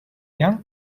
young